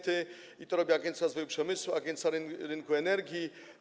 To robią Agencja Rozwoju Przemysłu i Agencja Rynku Energii.